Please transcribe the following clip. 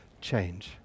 change